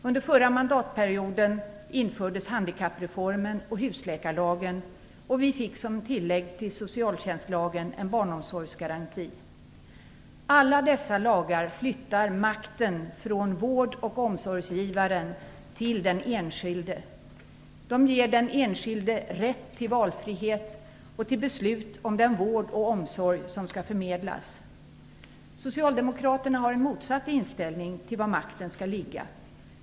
Under förra mandatperioden infördes handikappreformen och husläkarlagen, och vi fick som tillägg till socialtjänstlagen en barnomsorgsgaranti. Alla dessa lagar flyttar makten från vård och omsorgsgivaren till den enskilde. De ger den enskilde rätt till valfrihet och till beslut om den vård och omsorg som skall förmedlas. Socialdemokraterna har motsatt inställning till var makten skall ligga.